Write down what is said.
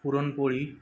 puran poli